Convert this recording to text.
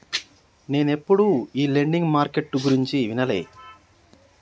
నేనెప్పుడు ఈ lending market గురించి వినలే